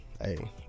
Hey